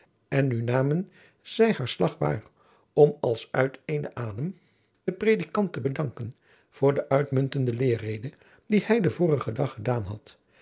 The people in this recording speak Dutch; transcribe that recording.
en nu namen zij haar slag waar om als uit eenen adem den predikant te bedanken voor de uitmuntende leerrede die hij den vorigen dag gedaan had